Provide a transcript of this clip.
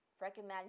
recommend